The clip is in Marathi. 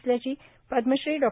असल्याची पद्मश्री डॉ